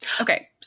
okay